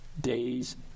days